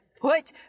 put